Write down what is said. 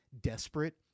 desperate